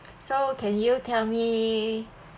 so can you tell me